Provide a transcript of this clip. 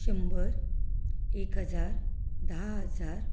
शंबर एक हजार धा हजार